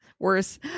worse